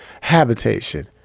habitation